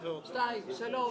שבע.